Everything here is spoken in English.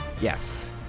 Yes